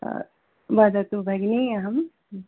वदतु भगिनी अहम्